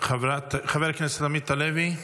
חבר הכנסת עמית הלוי,